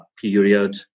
period